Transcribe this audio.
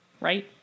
right